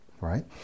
right